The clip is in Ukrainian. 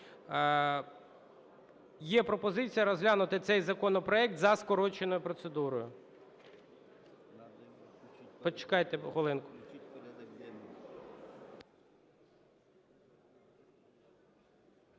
Є пропозиція розглянути цей законопроект за скороченою процедурою.